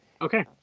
Okay